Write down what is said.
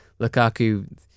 Lukaku